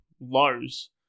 lows